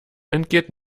entgeht